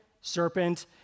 serpent